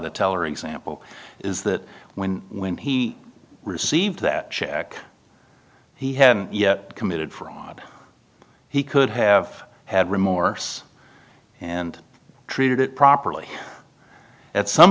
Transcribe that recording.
the teller example is that when when he received that check he hadn't yet committed fraud he could have had remorse and treated it properly at some